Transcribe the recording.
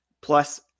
plus